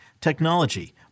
technology